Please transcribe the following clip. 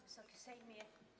Wysoki Sejmie!